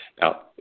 Now